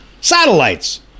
Satellites